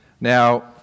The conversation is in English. Now